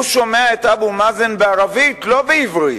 הוא שומע את אבו מאזן בערבית, לא בעברית,